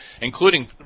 including